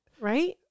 right